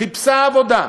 חיפשה עבודה.